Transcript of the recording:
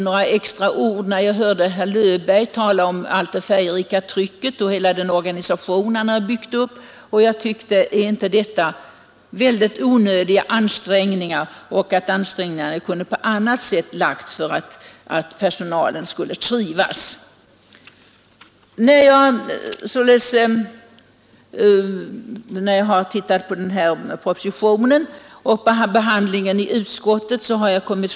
När jag hörde statsrådet Löfberg tala om allt det färgrika tryck som han hade gett ut och hela den organisation som han hade byggt upp då tänkte jag: Är inte detta helt onödiga ansträngningar, som kunde satts in på annat sätt för att personalen skulle trivas? Jag kommer att följa den första reservationen, som yrkar avslag på hela förslaget.